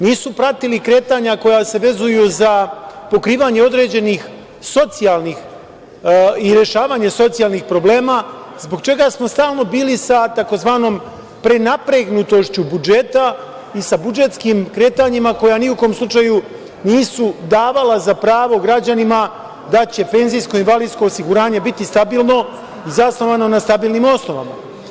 Nisu pratili kretanja koja se vezuju za pokrivanje određenih socijalnih i rešavanje socijalnih problema, zbog čega smo stalno bili sa tzv. prenapregnutošću budžeta i sa budžetskim kretanjima koja ni u kom slučaju nisu davala za pravo građanima da će PIO biti stabilno, zasnovano na stabilnim osnovama.